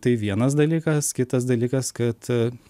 tai vienas dalykas kitas dalykas kad